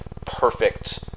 perfect